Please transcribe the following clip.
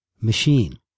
machine